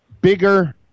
bigger